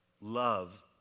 love